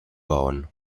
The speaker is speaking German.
bauen